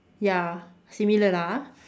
ya similar lah ah